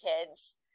kids